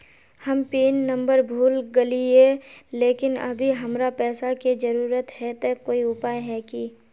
हम pin number भूल गेलिये लेकिन अभी हमरा पैसा के जरुरत है ते कोई उपाय है की?